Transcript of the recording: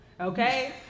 Okay